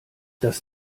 das